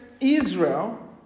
Israel